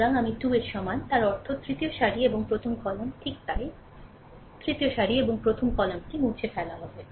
সুতরাং আমি 2 এর সমান তার অর্থ তৃতীয় সারি এবং প্রথম কলাম ঠিক তাই তৃতীয় সারি এবং প্রথম কলামটি মুছে ফেলা হবে